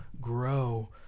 grow